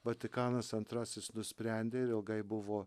vatikanas antrasis nusprendė ir ilgai buvo